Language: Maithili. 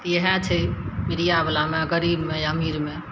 इएहे छै मीडियावला ओना गरीबमे अमीरमे